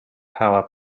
power